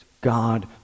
God